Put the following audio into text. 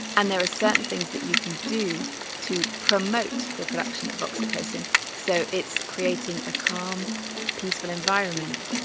and there are certain things that you can do to promote the production of oxytocin so it's creating a calm peaceful environment,